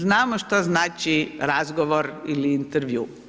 Znamo šta znači razgovor ili intervju.